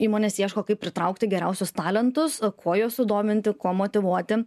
įmonės ieško kaip pritraukti geriausius talentus kuo juos sudominti kuo motyvuoti